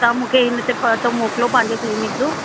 तव्हां मूंखे इन ते पतो मोकिलियो पंहिंजे क्लीनिक जो